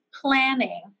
planning